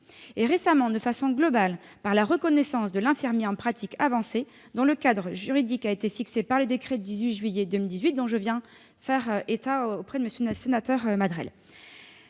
Et récemment, de façon globale, par la reconnaissance de l'infirmier en pratique avancée, dont le cadre juridique a été fixé par le décret du 18 juillet 2018 que j'ai mentionné dans ma réponse à M. le sénateur Madrelle.